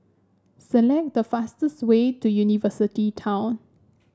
select the fastest way to University Town